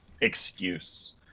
excuse